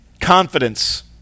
confidence